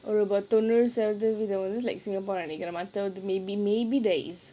like singapore maybe maybe there is